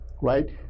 Right